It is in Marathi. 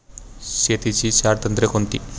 शेतीची चार तंत्रे कोणती?